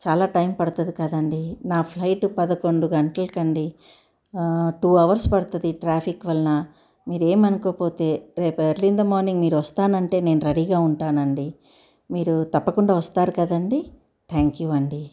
చాలా టైమ్ పడుతుంది కదండీ నా ఫ్లైట్ పదకొండు గంటలకండి టూ అవర్స్ పడుతుంది ట్రాఫిక్ వలన మీరు ఏమనుకోపోతే రేపు ఎర్లీ ఇన్ ద మార్నింగ్ మీరు వస్తానంటే నేను రెడీగా ఉంటానండి మీరు తప్పకుండా వస్తారు కదండీ థ్యాంక్ యూ అండి